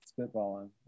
spitballing